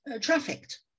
trafficked